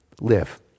live